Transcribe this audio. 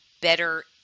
better